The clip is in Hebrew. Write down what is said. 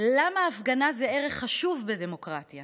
למה הפגנה זה ערך חשוב בדמוקרטיה